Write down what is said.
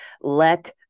let